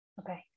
Okay